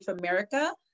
America